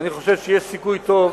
אני חושב שיש סיכוי טוב